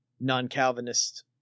non-Calvinist